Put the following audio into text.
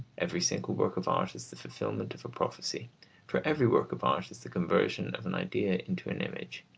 every single work of art is the fulfilment of a prophecy for every work of art is the conversion of an idea into an image.